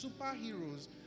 superheroes